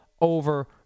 over